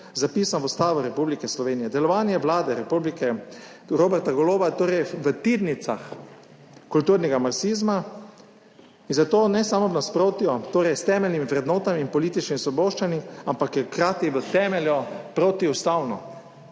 zapisan v Ustavo Republike Slovenije. Delovanje vlade Roberta Goloba v tirnicah kulturnega marksizma zato ni samo v nasprotju s temeljnimi vrednotami in političnimi svoboščinami, ampak je hkrati v temelju protiustavno,